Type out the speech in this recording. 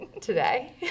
today